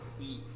eat